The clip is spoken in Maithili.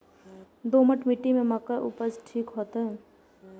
दोमट मिट्टी में मक्के उपज ठीक होते?